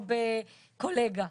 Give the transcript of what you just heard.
או בקולגה,